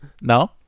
No